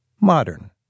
modern